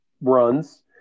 runs